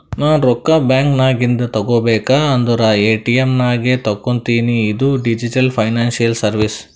ನಾ ರೊಕ್ಕಾ ಬ್ಯಾಂಕ್ ನಾಗಿಂದ್ ತಗೋಬೇಕ ಅಂದುರ್ ಎ.ಟಿ.ಎಮ್ ನಾಗೆ ತಕ್ಕೋತಿನಿ ಇದು ಡಿಜಿಟಲ್ ಫೈನಾನ್ಸಿಯಲ್ ಸರ್ವೀಸ್